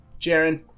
Jaren